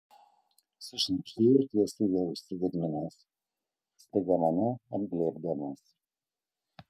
sušnibždėjo tiesiai į ausį gediminas staiga mane apglėbdamas